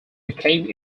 became